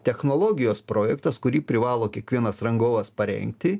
technologijos projektas kurį privalo kiekvienas rangovas parengti